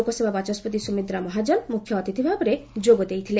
ଲୋକ ସଭା ବାଚସ୍କତି ସୁମିତ୍ରା ମହାଜନ ମୁଖ୍ୟ ଅତିଥିଭାବେ ଯୋଗଦେଇଥିଲେ